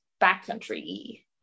backcountry